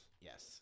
Yes